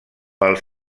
pel